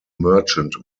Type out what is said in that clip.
merchant